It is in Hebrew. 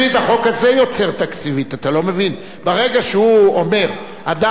ברגע שהוא אומר: אדם אשר עבד 35 שנה יקבל פנסיה,